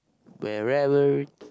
wherever